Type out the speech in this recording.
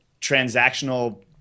transactional